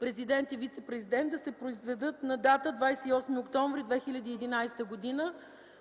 президент и вицепрезидент да се произведат на 23 октомври 2011 г.